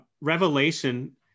revelation